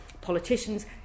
politicians